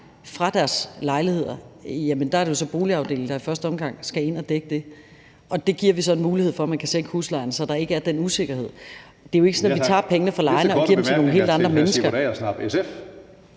fra deres lejligheder, er det boligafdelingen, der i første omgang skal ind og dække det. Der giver vi så en mulighed for, at man kan sænke huslejen, så der ikke er den usikkerhed. Det er jo ikke sådan, at vi tager pengene fra lejerne og giver dem til nogle helt andre mennesker.